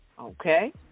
Okay